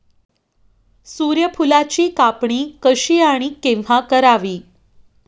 सूर्यफुलाची कापणी कशी आणि केव्हा करावी?